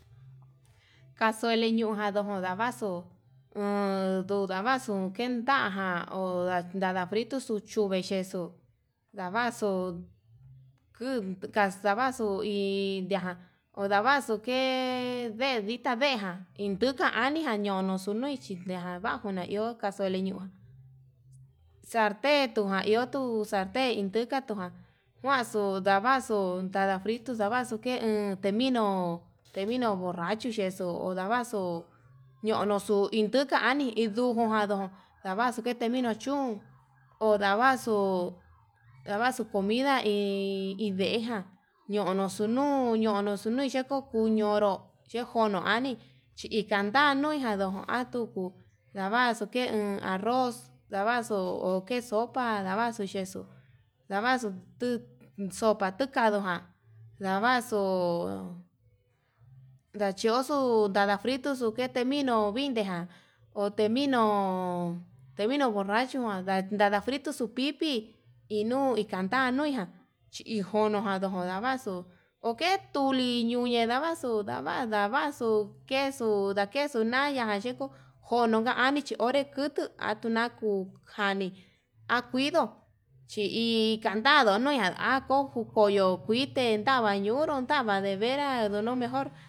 Casuela ñujan kundavaxu ho uun ndavaxuu ken nda'ajan onda nanda frito cho chuvexhe, quexu ndavaxu kuu ndavaxu tuu iña'a ndavaxu ke ditá ndejan iin nduta añijan ndoñoxo nuichi ndabajo na'i, iho casuela ño'o salten tuna ihotu salten indukatuja njuanxu navaxu nandafrito navaxu ke uun tevino tevino borrachu xhexo, davaxu ñonoxo indukani nduju jando'o ndavaxu kene nino chun ho ndavaxu ndavaxu comida iin indeján, ñonoxu nuu ñonoxu ñuu xheko kononro yejono anii chi ika njandui njando'o atuku ndavaxu ke uun arroz ndavaxu ho quexo'o kuan ndavaxu yexuu ndavaxu tuu toka xuka'a kaduján ndavxu ndaxhioxu ndadafrito xo'o kete mino vinde ján otevino tevino borracho ján nada frito xupipi inuu ikanduijan chi ijonojan nduku ndavaxu oke tuli ñuñi ndavaxu, duu ndava ndavaxu ndukedu ndakexu na'a ñayiko kono ka'a ini chionré kutuu atuna kuu janii akuido chi hi kandado nuña akon kukoyo kuite ndavan ñunro tava ndevera nono mejór.